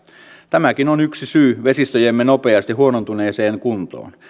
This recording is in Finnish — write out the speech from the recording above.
tämäkin on yksi syy vesistöjemme nopeasti huonontuneeseen kuntoon